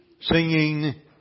Singing